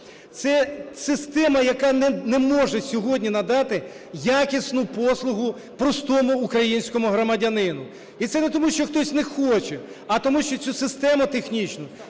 Це система, яка не може сьогодні надати якісну послугу простому українському громадянину. І це не тому, що хтось не хоче, а тому, що цю систему технічну,